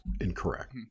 incorrect